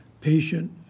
patient